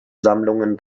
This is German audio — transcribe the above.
sammlungen